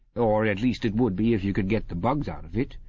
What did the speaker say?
or at least it would be if you could get the bugs out of it.